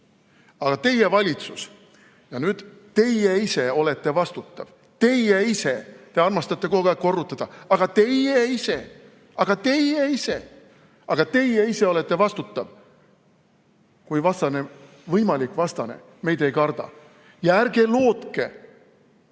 Aga teie valitsus ja nüüd teie ise olete vastutav, teie ise, kes te armastate kogu aeg korrutada: "Aga teie ise! Aga teie ise!" Teie ise olete vastutav, kui vastane, võimalik vastane meid ei karda. Ja ärge lootke